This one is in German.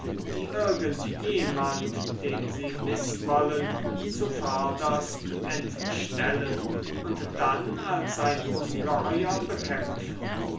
die irgend jemand dem sie mißwollen zuvörderst entstellen und dann als ein ungeheuer bekämpfen